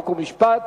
חוק ומשפט.